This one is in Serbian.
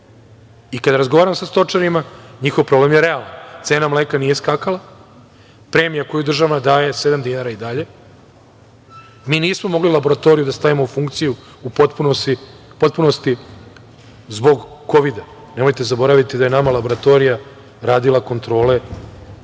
razgovaram sa stočarima njihov problem je realan. Cena mleka nije skakala, premija koju država daje je sedam dinara i dalje. Mi nismo mogli laboratoriju da stavimo u funkciju u potpunosti zbog Kovida. Nemojte zaboraviti da je nama laboratorija radila kontrole,